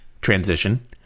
Transition